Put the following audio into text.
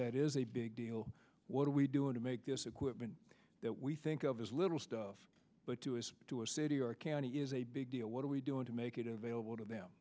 that is a big deal what are we doing to make this equipment that we think of as little stuff but to us to a city or county is a big deal what are we doing to make it available to them